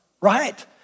right